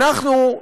אנחנו,